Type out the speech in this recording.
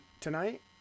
Tonight